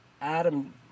Adam